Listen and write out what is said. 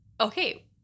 Okay